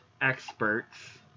experts